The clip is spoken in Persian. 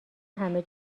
همه